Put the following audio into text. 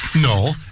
No